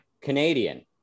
Canadian